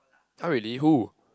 !huh! really who